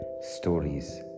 Stories